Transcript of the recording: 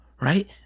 right